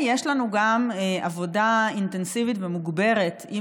יש לנו גם עבודה אינטנסיבית ומוגברת עם